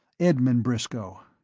edmund briscoe.